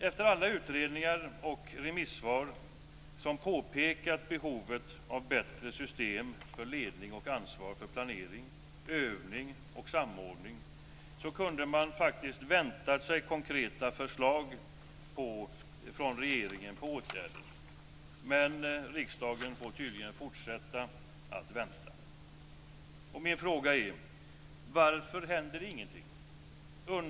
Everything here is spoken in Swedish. Efter alla utredningar och remissvar som påpekat behovet av bättre system för ledning och ansvar för planering, övning och samordning kunde man faktiskt ha väntat sig konkreta förslag från regeringen till åtgärder, men riksdagen får tydligen fortsätta att vänta. Min fråga är: Varför händer inget?